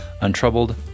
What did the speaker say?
untroubled